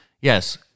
yes